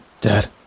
Dad